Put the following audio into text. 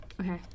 Okay